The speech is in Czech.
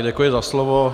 Děkuji za slovo.